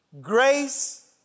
grace